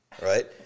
Right